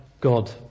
God